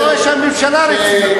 אפילו ראש הממשלה רציני.